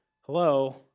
hello